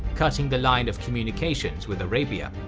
cutting the line of communications with arabia.